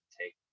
take